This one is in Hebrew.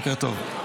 בוקר טוב.